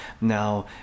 Now